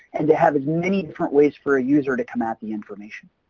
and to have as many different ways for a user to come at the information.